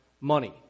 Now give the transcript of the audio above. money